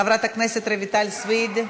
חברת הכנסת רויטל סויד,